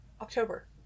October